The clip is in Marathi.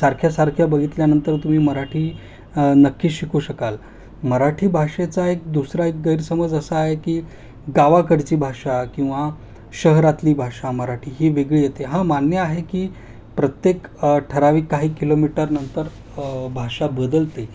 सारख्यासारख्या बघितल्यानंतर तुम्ही मराठी नक्की शिकू शकाल मराठी भाषेचा एक दुसरा एक गैरसमज असा आहे की गावाकडची भाषा किंवा शहरातली भाषा मराठी ही वेगळी येते हा मान्य आहे की प्रत्येक ठरावीक काही किलोमीटरनंतर भाषा बदलते